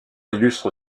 illustre